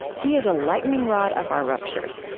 he is a lightning rod of our ruptures,